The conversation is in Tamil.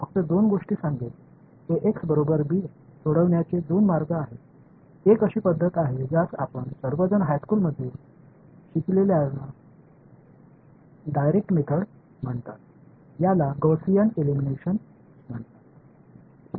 ax b க்கு சமம் என்பதை தீர்ப்பதற்கு இரண்டு வழிகள் உள்ளன ஒன்று நீங்கள் அனைவரும் உயர்நிலைப் பள்ளியில் படித்த நேரடி முறை என்று அழைக்கப்படும் காஸியன் எலிமினேஷன் முறை